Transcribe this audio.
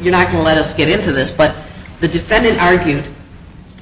you're not going let us get into this but the defendant argued